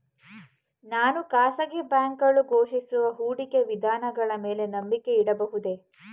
ನಾನು ಖಾಸಗಿ ಬ್ಯಾಂಕುಗಳು ಘೋಷಿಸುವ ಹೂಡಿಕೆ ವಿಧಾನಗಳ ಮೇಲೆ ನಂಬಿಕೆ ಇಡಬಹುದೇ?